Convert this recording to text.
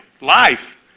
Life